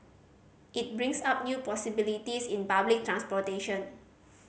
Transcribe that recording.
it brings up new possibilities in public transportation